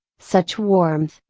such warmth,